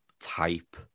type